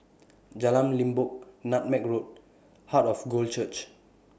Jalan Limbok Nutmeg Road Heart of God Church